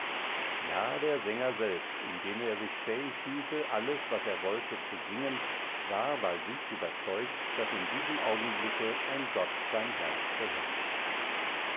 ja der sänger selbst indem er sich fähig fühlte alles was er wollte zu singen war bei sich überzeugt daß in diesem augenblicke ein gott sein herz beherrsche